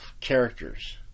characters